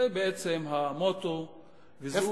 זה בעצם המוטו וזו,